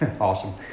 Awesome